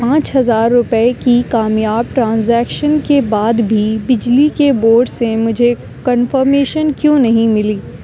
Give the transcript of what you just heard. پانچ ہزار روپے کی کامیاب ٹرانزیکشن کے بعد بھی بجلی کے بورڈ سے مجھے کنفرمیشن کیوں نہیں ملی